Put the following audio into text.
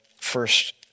first